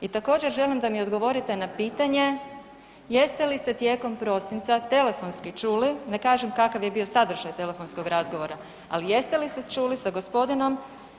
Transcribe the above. I također želim da mi odgovorite na pitanje jeste li se tijekom prosinca telefonski čuli, ne kažem kakav je bio sadržaj telefonskog razgovora, ali jeste li se čuli sa g.